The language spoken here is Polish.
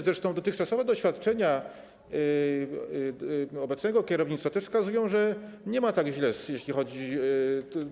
Zresztą dotychczasowe doświadczenia obecnego kierownictwa też wskazują, że nie jest tak źle, jeśli chodzi.